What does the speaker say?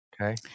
Okay